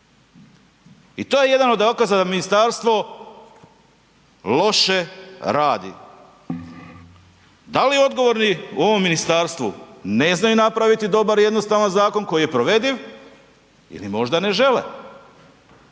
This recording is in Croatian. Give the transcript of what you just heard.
I to je jedan od dokaza da ministarstvo loše radi. Da li odgovorni u ovom ministarstvu ne znaju napraviti dobar i jednostavan zakon koji je provediv ili možda ne žele.